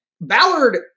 Ballard